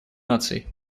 наций